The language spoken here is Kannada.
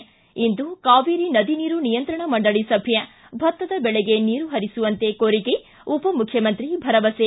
ಿ ಇಂದು ಕಾವೇರಿ ನದಿ ನೀರು ನಿಯಂತ್ರಣ ಮಂಡಳಿ ಸಭೆ ಭತ್ತದ ಬೆಳೆಗೆ ನೀರು ಹರಿಸುವಂತೆ ಕೋರಿಕೆ ಉಪಮುಖ್ಣಮಂತ್ರಿ ಭರವಸೆ